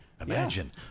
imagine